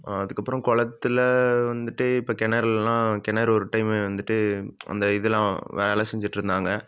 அதுக்கப்புறம் குளத்துல வந்துட்டு இப்போ கிணறெல்லாம் கிணறு ஒரு டைமு வந்துட்டு அந்த இதெல்லாம் வேலை செஞ்சுட்ருந்தாங்க